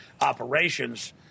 operations